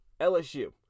LSU